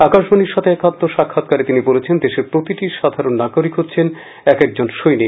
আকাশবাণীর সাথে একান্ত সাক্ষাৎকারে তিনি বলেছেন দেশের প্রতিটি সাধারণ নাগরিক হচ্ছেন এক এক জন সৈনিক